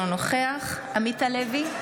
אינו נוכח עמית הלוי,